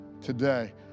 today